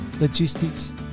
logistics